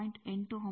89 0